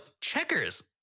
checkers